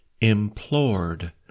implored